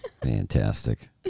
Fantastic